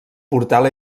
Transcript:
portal